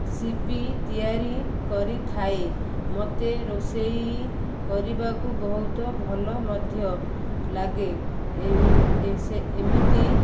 CP ତିଆରି କରିଥାଏ ମୋତେ ରୋଷେଇ କରିବାକୁ ବହୁତ ଭଲ ମଧ୍ୟ ଲାଗେ ସେ ଏମିତି